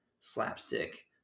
slapstick